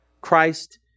Christ